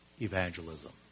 evangelism